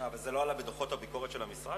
זה לא עלה בדוחות הביקורת של המשרד?